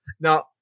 now